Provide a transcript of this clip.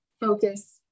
focus